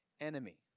enemy